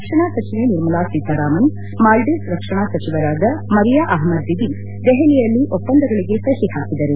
ರಕ್ಷಣಾ ಸಚಿವೆ ನಿರ್ಮಲಾ ಸೀತಾರಾಮನ್ ಮಾಲ್ಲೀವ್ಸ್ ರಕ್ಷಣಾ ಸಚಿವರಾದ ಮರಿಯಾ ಅಹಮದ್ ದಿದಿ ದೆಹಲಿಯಲ್ಲಿ ಒಪ್ಸಂದಗಳಿಗೆ ಸಹಿ ಹಾಕಿದರು